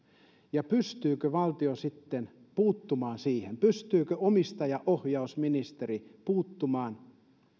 pystyykö valtio sitten puuttumaan siihen pystyykö omistajaohjausministeri puuttumaan